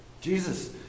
Jesus